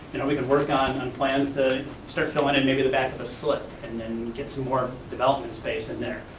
we could work on on plans to start filling and maybe the back of the slip and then get some more development space in there.